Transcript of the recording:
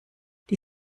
die